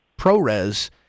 ProRes